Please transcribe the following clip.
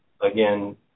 again